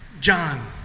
John